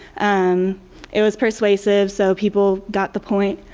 um it was persuasive so people got the point